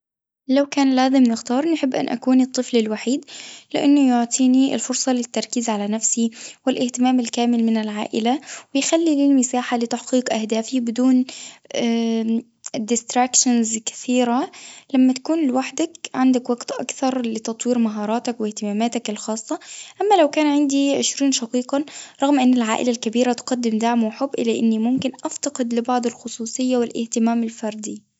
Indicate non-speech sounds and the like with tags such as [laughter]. لو كان لازم نختار نحب أن أكون الطفل الوحيد، لإنه يعطيني الفرصة للتركيز على نفسي والاهتمام الكامل من العائلة، ويخلي لي المساحة لتحقيق أهدافي بدون [hesitation] ديستراكشنز كثيرة، لما تكون لوحدك عندك وقت أكثر لتطوير مهاراتك واهتماماتك الخاصة، أما لو كان عندي عشرين شقيقا رغم إن العائلة الكبيرة تقدم دعم وحب إلا إني ممكن أفتقد لبعض الخصوصية والاهتمام الفردي.